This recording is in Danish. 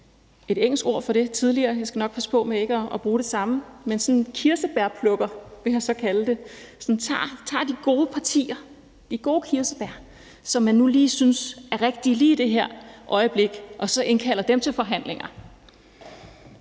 et engelsk ord for det tidligere, og jeg skal nok passe på med ikke at bruge det samme – kirsebærplukker, vil man så kalde det. Altså, man tager de gode partier, de gode kirsebær, som man synes er rigtige lige i det her øjeblik, og indkalder dem til forhandlinger,